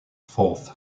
forth